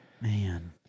Man